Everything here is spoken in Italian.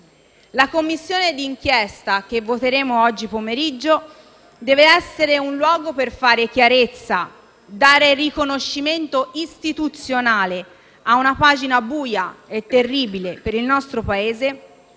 La Commissione di inchiesta, per la cui istituzione voteremo oggi pomeriggio, deve essere un luogo per fare chiarezza, dare riconoscimento istituzionale a una pagina buia e terribile per il nostro Paese